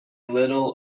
little